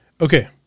Okay